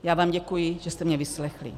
Já vám děkuji, že jste mě vyslechli.